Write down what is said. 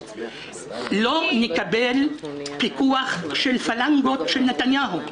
לא נקבל פיקוח של פלנגות של נתניהו.